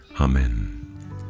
Amen